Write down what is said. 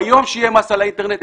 ביום שיהיה מס על האינטרנט,